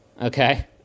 Okay